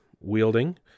wielding